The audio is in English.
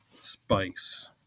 spice